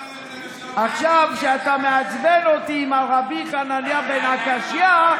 עכשיו, כשאתה מעצבן אותי עם רבי חנניה בן עקשיא,